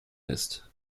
ist